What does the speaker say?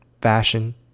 fashion